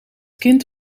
kind